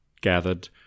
gathered